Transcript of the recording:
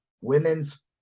women's